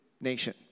nation